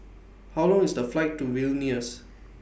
How Long IS The Flight to Vilnius